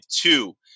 two